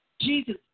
jesus